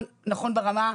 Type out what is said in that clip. שלום,